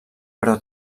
però